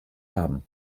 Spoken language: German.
haben